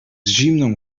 zimną